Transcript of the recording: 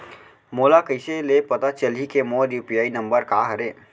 मोला कइसे ले पता चलही के मोर यू.पी.आई नंबर का हरे?